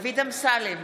דוד אמסלם,